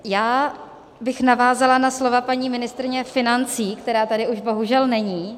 Já bych navázala na slova paní ministryně financí, která tady už bohužel není.